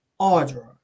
Audra